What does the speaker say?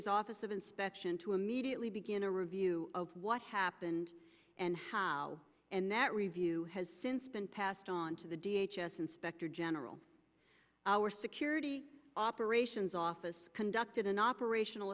is office of inspection to immediately begin a review of what happened and how and that review has since been passed on to the d h s inspector general our security operations office conducted an operational